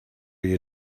you